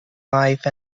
wife